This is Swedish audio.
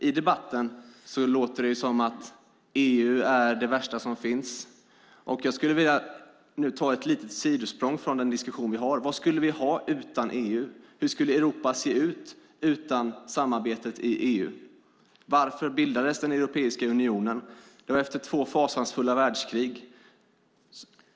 I debatten låter det som om EU är det värsta som finns. Jag skulle vilja ta ett litet sidosprång från den diskussion vi har. Vad skulle vi ha utan EU? Hur skulle Europa se ut utan samarbetet i EU? Varför bildades Europeiska unionen? Det var efter två fasansfulla världskrig.